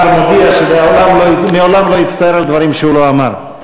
השר מודיע שמעולם לא הצטער על דברים שהוא לא אמר.